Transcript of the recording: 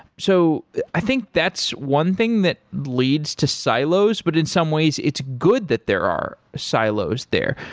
so i think that's one thing that leads to silos, but in some ways it's good that there are silos there.